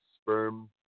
sperm